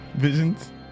Visions